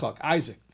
Isaac